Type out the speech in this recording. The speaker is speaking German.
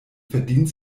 verdient